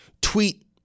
tweet